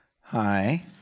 Hi